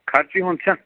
خرچی ہُنٛد چھِ